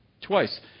Twice